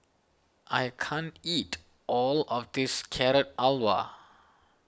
I can't eat all of this Carrot Halwa